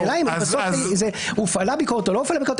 אם הופעלה ביקורת או לא הופעלה ביקורת,